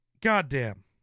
goddamn